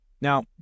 Now